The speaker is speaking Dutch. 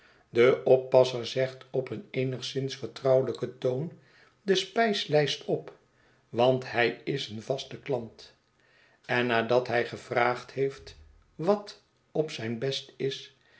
de oppasser zegt op een eenigszins vertrouwelijken toon de spijslijst op want hij is een vaste klant en nadat hij gevraagd heeft wat op zijn best is